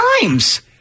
times